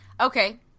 Okay